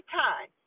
time